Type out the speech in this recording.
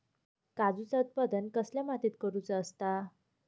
काजूचा उत्त्पन कसल्या मातीत करुचा असता?